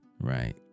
Right